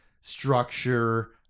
structure